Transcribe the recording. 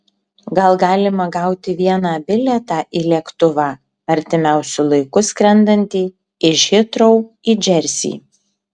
gal galima gauti vieną bilietą į lėktuvą artimiausiu laiku skrendantį iš hitrou į džersį